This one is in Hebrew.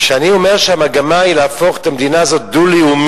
כשאני אומר שהמגמה היא להפוך את המדינה הזאת דו-לאומית,